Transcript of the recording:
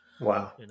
Wow